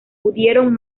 pudieron